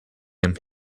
him